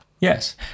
Yes